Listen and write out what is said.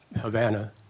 Havana